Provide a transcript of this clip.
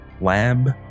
lab